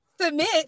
Submit